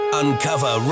uncover